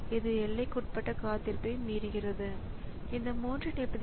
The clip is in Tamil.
படி எண் 3 உள்ளீடு தயார் வெளியீடு முடிந்தது அல்லது பிழை மீண்டும் உருவாக்கப்பட்டது போன்றவை